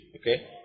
Okay